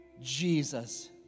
Jesus